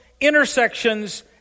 intersections